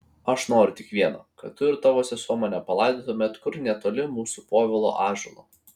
aš noriu tik vieno kad tu ir tavo sesuo mane palaidotumėte kur netoli mūsų povilo ąžuolo